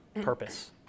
purpose